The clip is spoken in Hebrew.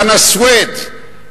חנא סוייד,